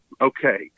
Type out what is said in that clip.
okay